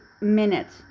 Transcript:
minutes